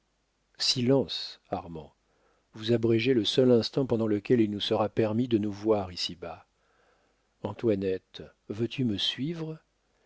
armand vous abrégez le seul instant pendant lequel il nous sera permis de nous voir ici-bas antoinette veux-tu me suivre